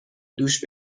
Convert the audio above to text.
دوش